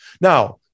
Now